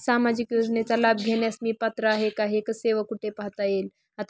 सामाजिक योजनेचा लाभ घेण्यास मी पात्र आहे का हे कसे व कुठे पाहता येईल?